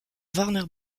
warner